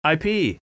IP